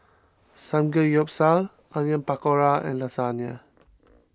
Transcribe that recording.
Samgeyopsal Onion Pakora and Lasagne